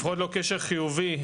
לפחות לא קשר חיובי,